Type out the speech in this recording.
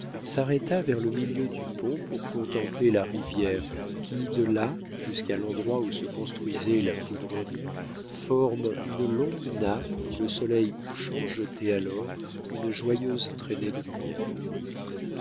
s'arrêta vers le milieu du pont pour contempler la rivière qui de là jusqu'à l'endroit où se construisait la poudrerie forme une longue nappe où le soleil couchant jetait alors une joyeuse traînée de lumière